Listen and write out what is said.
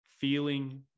Feeling